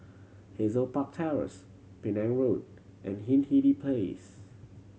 Hazel Park Terrace Penang Road and Hindhede Place